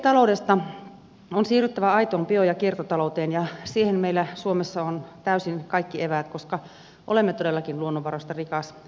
fossiilitaloudesta on siirryttävä aitoon bio ja kiertotalouteen ja siihen meillä suomessa on täysin kaikki eväät koska olemme todellakin luonnonvaroista rikas maa